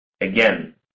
Again